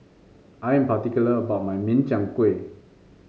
I am particular about my Min Chiang Kueh